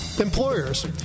Employers